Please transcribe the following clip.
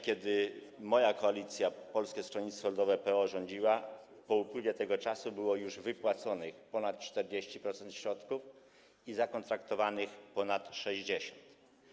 Kiedy rządziła moja koalicja, Polskie Stronnictwo Ludowe - PO, po upływie tego czasu było już wypłaconych ponad 40% środków i zakontraktowanych ponad 60.